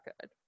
good